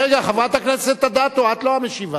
רק רגע, חברת הכנסת אדטו, את לא המשיבה.